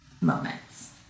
moments